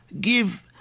give